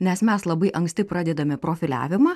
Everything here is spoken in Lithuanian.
nes mes labai anksti pradedame profiliavimą